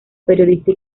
periodista